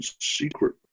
secret